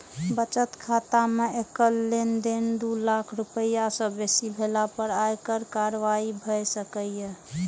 बचत खाता मे एकल लेनदेन दू लाख रुपैया सं बेसी भेला पर आयकर कार्रवाई भए सकैए